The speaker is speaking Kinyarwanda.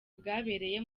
bwabereye